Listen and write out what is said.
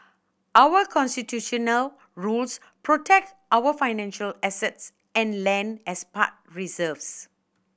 our Constitutional rules protect our financial assets and land as past reserves